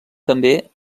també